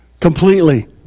Completely